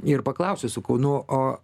ir paklausiau sakau nu o